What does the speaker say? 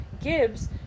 Gibbs